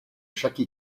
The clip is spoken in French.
chaque